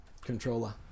controller